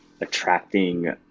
attracting